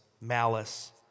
malice